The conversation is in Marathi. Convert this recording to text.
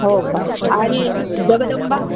हो का आणि जगदंबा